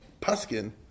paskin